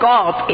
God